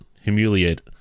Humiliate